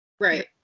Right